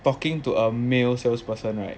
talking to a male salesperson right